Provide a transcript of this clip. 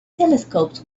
telescopes